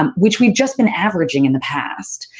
um which we've just been averaging in the past.